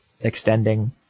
extending